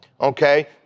Okay